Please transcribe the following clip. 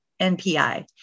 NPI